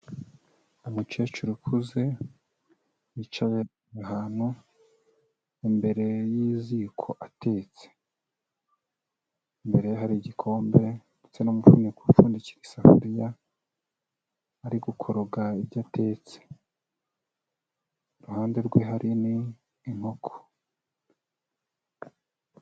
Umukecuru ukuze wicaye ahantu imbere y'iziko atetse. Imbere ye hari igikombe ndetse n'umufuniko upfundikiye isafuriya, ari gukoroga ibyo atetse. Iruhande rwe hari n'inkoko.